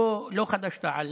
לא חד"ש-תע"ל,